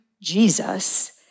Jesus